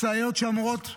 משאיות שאמורות,